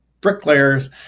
bricklayers